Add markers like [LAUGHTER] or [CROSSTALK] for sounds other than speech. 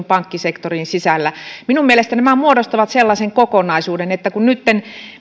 [UNINTELLIGIBLE] pankkisektorin sisällä minun mielestäni nämä muodostavat kokonaisuuden kun nytten